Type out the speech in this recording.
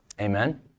Amen